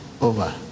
over